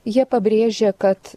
jie pabrėžia kad